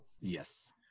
Yes